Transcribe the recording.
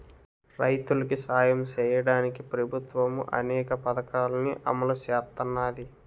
రైతులికి సాయం సెయ్యడానికి ప్రభుత్వము అనేక పథకాలని అమలు సేత్తన్నాది